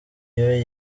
iyo